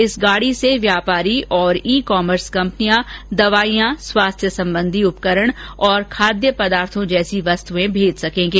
इस गाडी से व्यापारी और ई कॉमर्स कंपनियां दवाइयां स्वास्थ्य संबंधित उपकरण और खाद्य पदार्थों जैसी वस्तुएं भेज सकेंगे